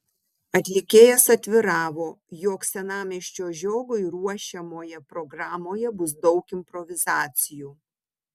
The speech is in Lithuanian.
atlikėjas atviravo jog senamiesčio žiogui ruošiamoje programoje bus daug improvizacijų